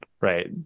right